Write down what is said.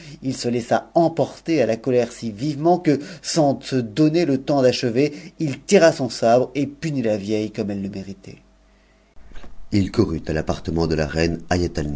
il se laissa emporter à la colère si vivement que sans se donner le temps d'achever il tira son sabre et punit la vieille comme elle le méritait il courut à l'appartement de la reine